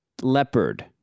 Leopard